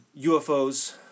UFOs